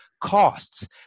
costs